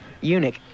eunuch